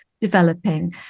developing